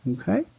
okay